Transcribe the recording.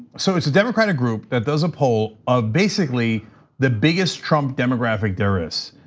so it's a democratic group that does a poll of basically the biggest trump demographic there is.